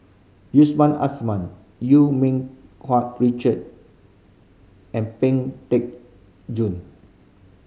Yusman Asman Eu Ming Kuan Richard and Ping Teck Joon